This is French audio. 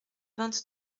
vingt